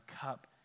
cup